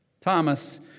Thomas